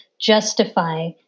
justify